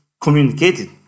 communicated